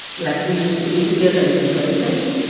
like, we used to eat together even breakfast.